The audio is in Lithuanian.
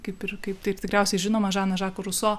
kaip ir kaip taip tikriausiai žinoma žaną žako ruso